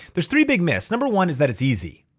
there's three big myths. number one is that it's easy.